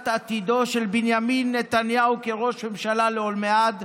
עתידו של בנימין נתניהו כראש ממשלה לעולמי עד.